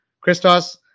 Christos